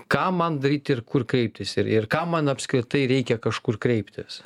ką man daryt ir kur kreiptis ir ir kam man apskritai reikia kažkur kreiptis